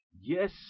Yes